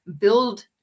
build